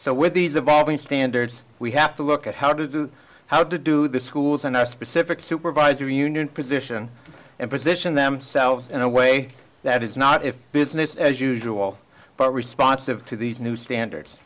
with these evolving standards we have to look at how to do how to do the schools in our specific supervisory position and position themselves in a way that is not if business as usual but responsive to these new standards